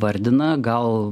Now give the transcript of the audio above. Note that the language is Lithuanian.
vardina gal